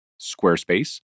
Squarespace